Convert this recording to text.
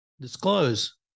disclose